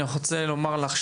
אני רק רוצה לומר לך,